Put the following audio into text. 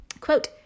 Quote